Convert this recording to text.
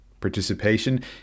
participation